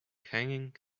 hanging